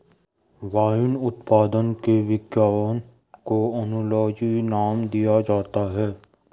wine उत्पादन के विज्ञान को ओनोलॉजी नाम दिया जाता है